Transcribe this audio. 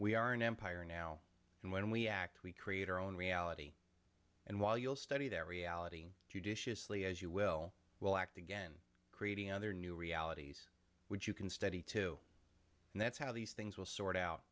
we aren't empire now and when we act we create our own reality and while you'll study their reality judiciously as you will will act again creating other new realities which you can study too and that's how these things will sort out